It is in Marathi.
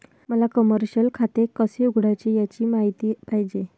मला कमर्शिअल खाते कसे उघडायचे याची माहिती पाहिजे